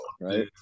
right